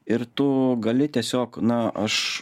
ir tu gali tiesiog na aš